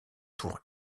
tour